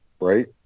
right